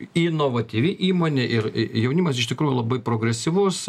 inovatyvi įmonė ir i jaunimas iš tikrųjų labai progresyvus